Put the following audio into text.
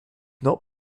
not